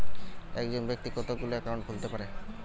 একজন ব্যাক্তি কতগুলো অ্যাকাউন্ট খুলতে পারে?